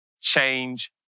change